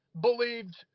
believed